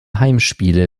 heimspiele